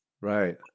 Right